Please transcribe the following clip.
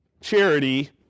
charity